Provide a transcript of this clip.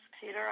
Peter